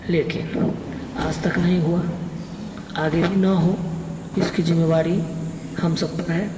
लेकिन आज तक नहीं हुआ आगे भी ना हो इसकी ज़िम्मेदारी हम सब पर है